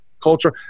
culture